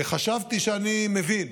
וחשבתי שאני מבין.